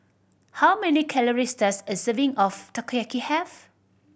how many calories does a serving of Takoyaki have